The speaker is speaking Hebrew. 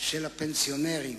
של הפנסיונרים,